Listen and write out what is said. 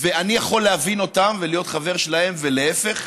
ואני יכול להבין אותם ולהיות חבר שלהם, ולהפך.